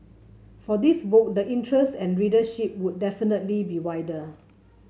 for this book the interest and readership would definitely be wider